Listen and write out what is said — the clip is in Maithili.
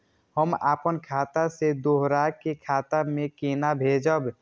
हम आपन खाता से दोहरा के खाता में केना भेजब?